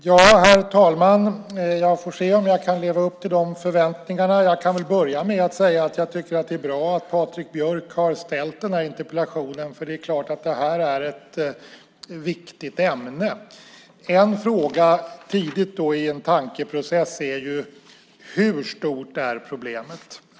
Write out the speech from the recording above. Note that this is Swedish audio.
Herr talman! Jag får se om jag kan leva upp till de förväntningarna. Jag kan börja med att säga att jag tycker att det är bra att Patrik Björck har ställt den här interpellationen. Det här är ett viktigt ämne. En tidig fråga i en tankeprocess är: Hur stort är problemet?